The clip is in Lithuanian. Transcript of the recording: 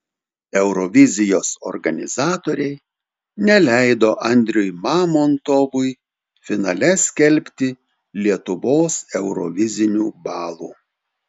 eurovizijos organizatoriai neleido andriui mamontovui finale skelbti lietuvos eurovizinių balų